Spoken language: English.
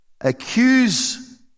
accuse